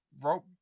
rope